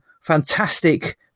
fantastic